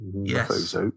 Yes